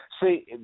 See